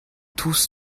tous